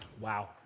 Wow